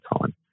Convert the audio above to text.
time